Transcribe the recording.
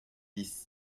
dix